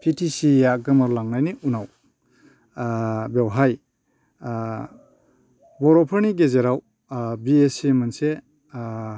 P T C या गोमालांनायनि उनाव बेवहाय बर'फोरनि गेजेराव बि ए सि मोनसे